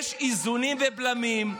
כשיש איזונים ובלמים,